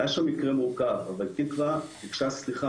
היה שם מקרה מורכב אבל תקווה ביקשה סליחה